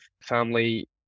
family